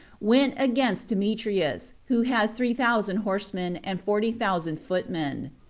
went against demetrius, who had three thousand horsemen, and forty thousand footmen.